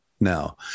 now